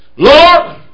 Lord